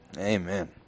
Amen